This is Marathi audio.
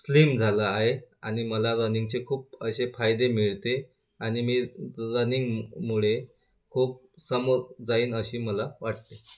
स्लिम झालं आहे आनि मला रनिंगचे खूप असे फायदे मिळते आणि मी रनिंगमुळे खूप समोर जाईन अशी मला वाटते